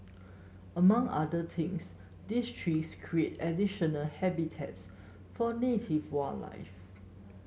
among other things these trees create additional habitats for native wildlife